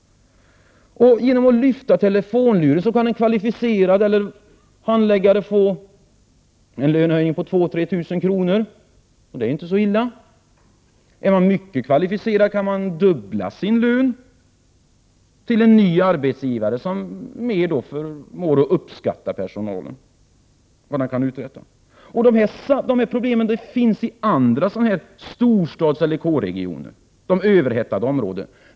Genom att lyfta telefonluren kan en kvalificerad handläggare få en lönehöjning på 2 000—3 000 kronor. Det är inte så illa. Är man mycket kvalificerad kan man fördubbla sin lön hos en arbetsgivare som mer förmår att uppskatta personalen och vad den kan uträtta. Dessa problem finns i andra storstadsregioner, i de överhettade områdena.